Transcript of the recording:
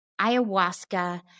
ayahuasca